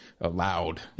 allowed